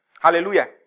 Hallelujah